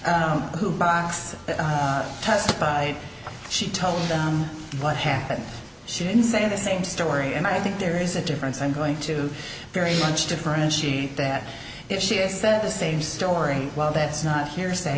d who box testified she talked down what happened she didn't say the same story and i think there is a difference i'm going to very much differentiate that if she has said the same story well that's not hearsay